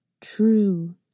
true